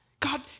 God